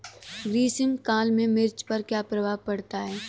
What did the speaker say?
ग्रीष्म काल में मिर्च पर क्या प्रभाव पड़ता है?